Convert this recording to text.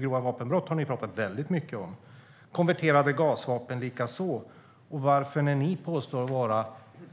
Grova vapenbrott har ni ju talat väldigt mycket om, och konverterade gasvapen likaså. Och varför vill ni, som påstår er vara